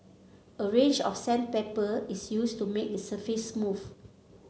a range of sandpaper is used to make the surface smooth